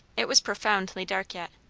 it was profoundly dark yet.